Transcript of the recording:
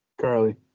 Carly